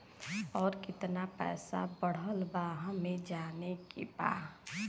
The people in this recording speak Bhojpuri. और कितना पैसा बढ़ल बा हमे जाने के बा?